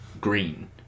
green